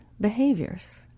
behaviors